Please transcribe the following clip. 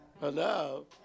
Hello